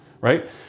right